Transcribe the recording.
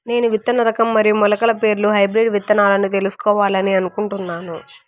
నేను విత్తన రకం మరియు మొలకల పేర్లు హైబ్రిడ్ విత్తనాలను తెలుసుకోవాలని అనుకుంటున్నాను?